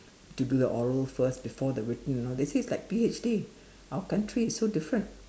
to do the oral first before the written and all this this is like the P_H_D our country is so different